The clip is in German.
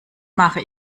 mache